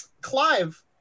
clive